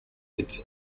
its